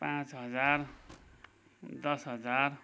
पाँच हजार दस हजार